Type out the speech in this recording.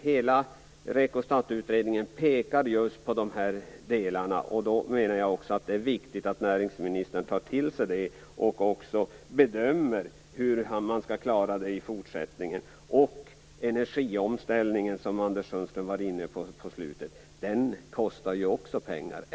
Hela REKO STAT-utredningen pekade på de här delarna, och därför menar jag att det är viktigt att näringsministern tar till sig detta och bedömer hur man skall klara av det här i fortsättningen. Energiomställningen, som Anders Sundström var inne på, kostar ju också pengar.